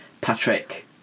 Patrick